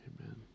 Amen